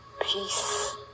peace